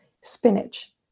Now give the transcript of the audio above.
spinach